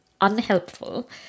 unhelpful